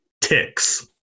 Ticks